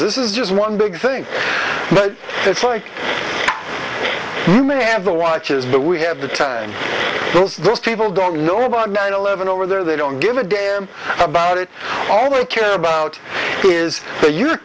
this is just one big thing but it's like you may have the watches but we have the time because those people don't know about nine eleven over there they don't give a damn about it all we care about is that you're